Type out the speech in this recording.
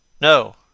No